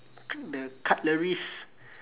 c~ the cutleries